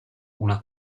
una